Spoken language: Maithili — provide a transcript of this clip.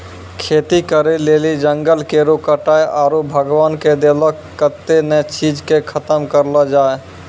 खेती करै लेली जंगल केरो कटाय आरू भगवान के देलो कत्तै ने चीज के खतम करलो जाय छै